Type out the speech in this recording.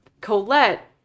Colette